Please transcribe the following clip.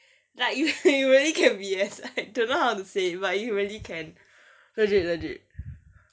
like you you really can B_S I don't know how to say but you really can legit legit